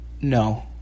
No